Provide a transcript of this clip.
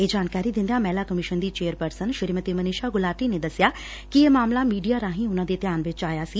ਇਹ ਜਾਣਕਾਰੀ ਦਿੰਦਿਆਂ ਮਹਿਲਾ ਕਮਿਸ਼ਨ ਦੀ ਚੇਅਰਪਰਸਨ ਸ੍ਰੀਮਤੀ ਮਨੀਸ਼ਾ ਗੁਲਾਟੀ ਨੇ ਦੱਸਿਆ ਕਿ ਇਹ ਮਾਮਲਾ ਮੀਡੀਆ ਰਾਹੀ ਉਨਾਂ ਦੇ ਧਿਆਨ ਵਿੱਚ ਆਇਆ ਸੀ